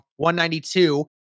192